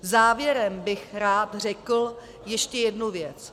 Závěrem bych rád řekl ještě jednu věc.